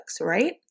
right